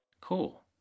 Cool